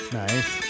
nice